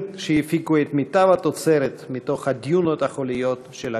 שהפיקו את מיטב התוצרת מתוך הדיונות החוליות של הגוש.